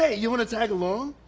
ah you want to tag along?